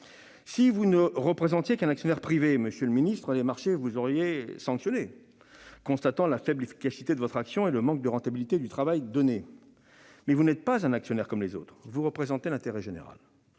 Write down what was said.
Si vous ne représentiez qu'un actionnaire privé, monsieur le ministre, les marchés vous auraient sanctionné après avoir constaté la faible efficacité de votre action et le manque de rentabilité de votre travail. Or vous n'êtes pas un actionnaire comme les autres : vous représentez l'intérêt général.